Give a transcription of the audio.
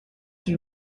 wie